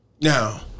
Now